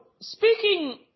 speaking